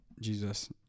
Jesus